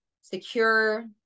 secure